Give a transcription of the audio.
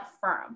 firm